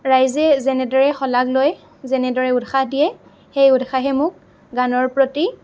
ৰাইজে যেনেদৰে শলাগ লয় যেনেদৰে উৎসাহ দিয়ে সেই উৎসাহে মোক গানৰ প্ৰতি